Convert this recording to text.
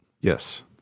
Yes